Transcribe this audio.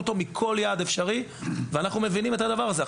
אותו מכל יעד אפשרי ואנחנו מבינים את הדבר הזה.